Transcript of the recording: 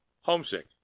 Homesick